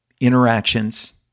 interactions